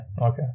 Okay